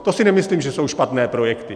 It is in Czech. To si nemyslím, že jsou špatné projekty.